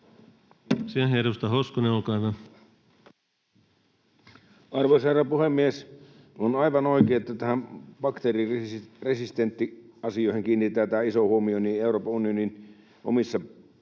— Edustaja Hoskonen, olkaa hyvä. Arvoisa herra puhemies! On aivan oikein, että näihin bakteeriresistenssiasioihin kiinnitetään iso huomio niin Euroopan unionin omissa päätöksissä